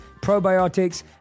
probiotics